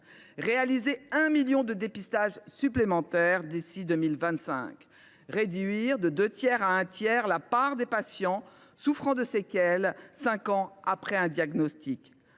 réaliser 1 million de dépistages supplémentaires d’ici à 2025 ; réduire de deux tiers à un tiers la part des patientes souffrant de séquelles cinq ans après un diagnostic